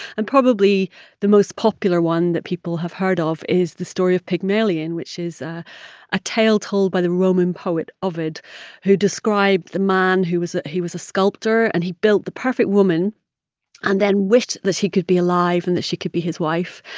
and probably the most popular one that people have heard ah of is the story of pygmalion, which is a tale told by the roman poet ovid who described the man who was he was a sculptor and he built the perfect woman and then wished that she could be alive and that she could be his wife.